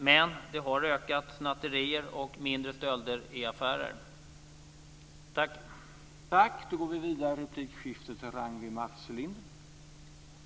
Men snatterier och mindre stölder i affärer har ökat.